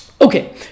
Okay